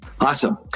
awesome